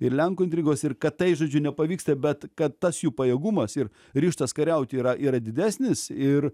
ir lenkų intrigos ir kad tai žodžiu nepavyksta bet kad tas jų pajėgumas ir ryžtas kariaut yra yra didesnis ir